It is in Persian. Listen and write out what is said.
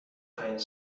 پنج